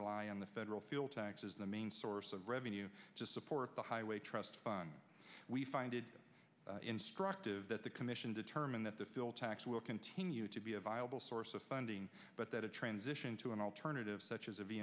rely on the federal fuel tax is the main source of revenue to support the highway trust fund we find it instructive that the commission determined that the phil tax will continue to be a viable source of funding but that a transition to an alternative such as of